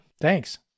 Thanks